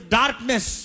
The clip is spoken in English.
darkness